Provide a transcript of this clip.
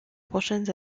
prochaines